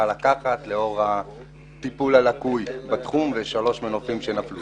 לקחת לאור הטיפול הלקוי בתחום ושלושה מנופים שנפלו שם.